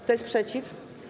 Kto jest przeciw?